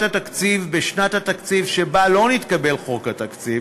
התקציב בשנת התקציב שבה לא נתקבל חוק התקציב.